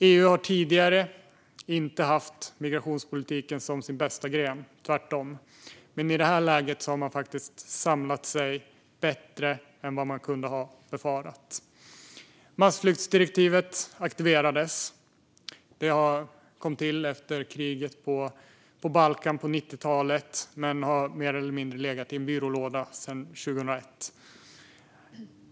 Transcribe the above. EU har tidigare inte haft migrationspolitiken som sin bästa gren, tvärtom, men har i det här läget faktiskt samlat sig bättre än vad man kunde ha befarat. Massflyktsdirektivet aktiverades. Det kom till efter kriget på Balkan på 90-talet men har mer eller mindre legat i en byrålåda sedan 2001.